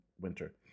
winter